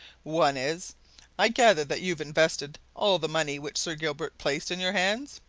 one is i gather that you've invested all the money which sir gilbert placed in your hands?